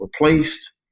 replaced